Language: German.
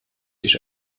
ich